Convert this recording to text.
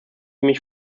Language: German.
mich